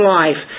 life